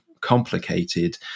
complicated